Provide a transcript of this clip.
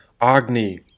Agni